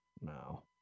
no